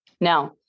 Now